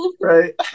right